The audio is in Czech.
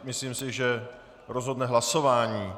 Myslím si, že rozhodne hlasování.